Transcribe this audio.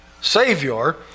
Savior